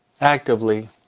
actively